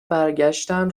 برگشتن